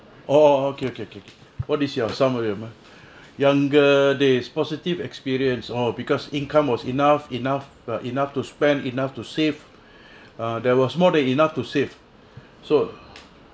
oh okay okay okay what is your summary of my younger days positive experience oh because income was enough enough enough to spend enough to save there was more than enough to save so